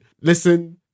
listen